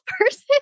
person